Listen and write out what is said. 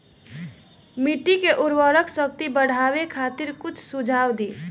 मिट्टी के उर्वरा शक्ति बढ़ावे खातिर कुछ सुझाव दी?